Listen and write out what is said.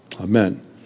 Amen